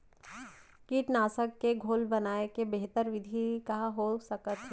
कीटनाशक के घोल बनाए के बेहतर विधि का हो सकत हे?